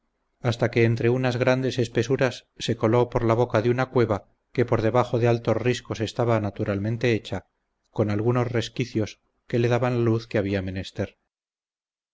hasta que entre unas grandes espesuras se coló por la boca de una cueva que por debajo de altos riscos estaba naturalmente hecha con algunos resquicios que le daban la luz que había menester